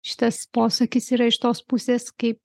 šitas posakis yra iš tos pusės kai